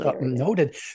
Noted